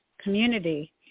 community